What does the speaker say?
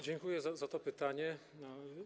Dziękuję za to pytanie.